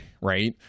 right